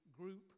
group